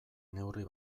neurri